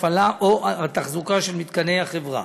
הפעלה או תחזוקה של מתקני החברה,